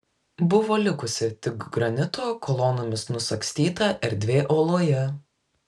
buvo likusi tik granito kolonomis nusagstyta erdvė uoloje